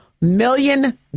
million